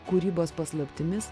kūrybos paslaptimis